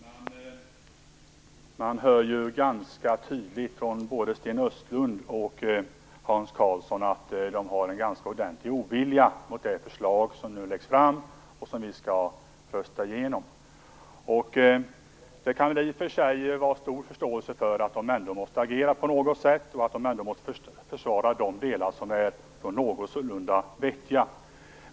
Fru talman! Man hör ganska tydligt från både Sten Östlund och Hans Karlsson att de har en ganska ordentlig ovilja mot det förslag som nu läggs fram och som vi skall rösta igenom. Man kan i och för sig ha stor förståelse för att de måste agera på något sätt och att de måste försvara de delar som är någorlunda vettiga.